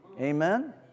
Amen